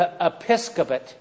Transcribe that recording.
Episcopate